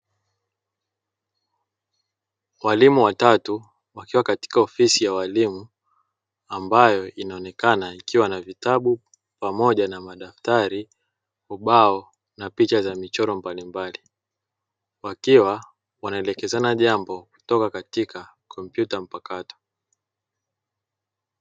Walimu watatu wakiwa katika ofisi ya walimu ambayo inaonekana ikiwa na vitabu pamoja na madaftari, ubao na picha za michoro mbalimbali. Wakiwa wanaelekezana jambo kutoka katika kompyuta mpakato.